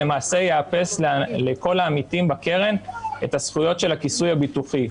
למעשה יאפס לכל העמיתים בקרן את הזכויות של הכיסוי הביטוחי.